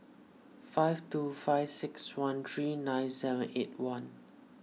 five two five six one three nine seven eight one